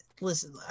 listen